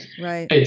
Right